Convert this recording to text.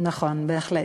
נכון, בהחלט,